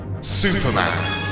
superman